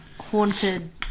haunted